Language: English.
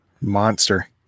Monster